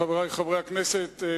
חברי חברי הכנסת,